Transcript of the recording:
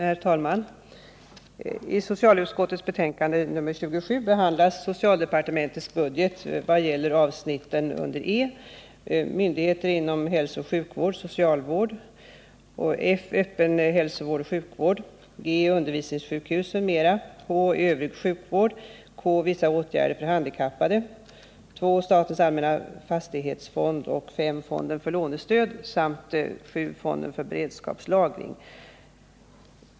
Herr talman! I socialutskottets betänkande nr 27 behandlas socialdepartementets budget vad gäller bl.a. avsnitten E. Myndigheter inom hälsooch sjukvård, socialvård m.m., F. Öppen hälsooch sjukvård, G. Undervisningssjukhus m.m., H. Övrig sjukvård m.m., K. Vissa åtgärder för handikappade, II. Statens allmänna fastighetsfond, V. Fonden för lånestöd samt VII. Fonden för beredskapslagring.